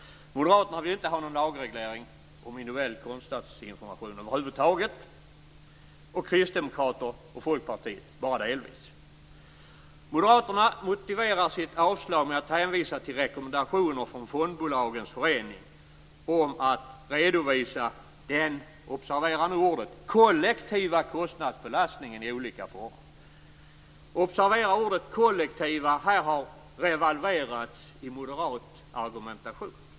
Moderaterna vill inte ha någon lagreglering om individuell kostnadsinformation över huvud taget, och Kristdemokraterna och Folkpartiet bara delvis. Moderaterna motiverar sitt avslag med att hänvisa till rekommendationer från Fondbolagens Förening om att redovisa den - observera nu ordet - kollektiva kostnadsbelastningen i olika fonder. Observera att ordet "kollektiva" har revalverats i moderat argumentation.